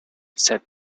said